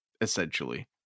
essentially